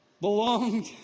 belonged